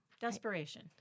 desperation